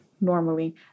normally